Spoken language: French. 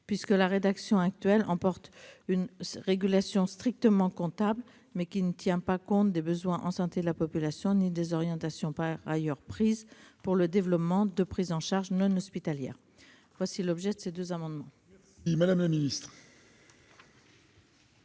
santé. La rédaction actuelle emporte une régulation strictement comptable, qui ne tient pas compte des besoins en santé de la population, ni des orientations par ailleurs décidées pour le développement de prises en charge non hospitalières. Quel est l'avis du Gouvernement